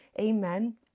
Amen